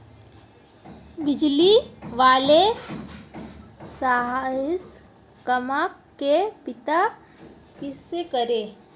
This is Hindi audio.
बिजली बिल सर्विस क्रमांक का पता कैसे करें?